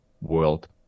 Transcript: world